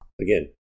Again